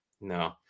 no